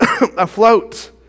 afloat